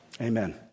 Amen